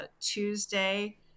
Tuesday